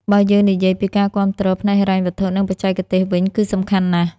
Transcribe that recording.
បើយើងនិយាយពីការការគាំទ្រផ្នែកហិរញ្ញវត្ថុ និងបច្ចេកទេសវិញគឺសំខាន់ណាស់។